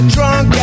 Drunk